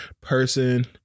person